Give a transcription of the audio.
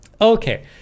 Okay